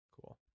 Cool